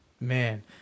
man